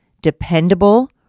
Dependable